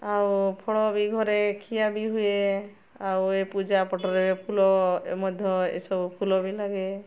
ଆଉ ଫଳ ବି ଘରେ ଖିଆ ବି ହୁଏ ଆଉ ଏ ପୂଜାପାଠରେ ଫୁଲ ମଧ୍ୟ ଏସବୁ ଫୁଲ ବି ଲାଗେ